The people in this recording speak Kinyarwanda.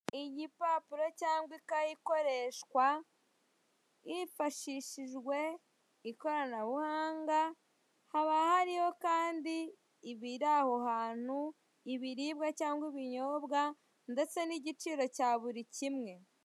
Igipapuro cyangwa ikayi ikoreshwa hifashishijwe ikoranabuhanga, haba hariho kandi ibiri aho hantu, ibiribwa cyangwa ibinyobwa ndetse n'igiciro cya buri kimwe.